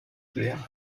sehr